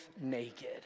naked